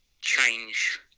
change